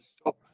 stop